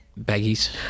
Baggies